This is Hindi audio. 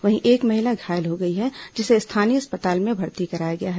वहीं एक महिला घायल हो गई है जिसे स्थानीय अस्पताल में भर्ती कराया गया है